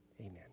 amen